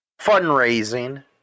Fundraising